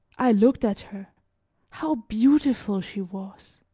i looked at her how beautiful she was!